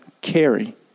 carry